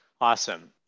awesome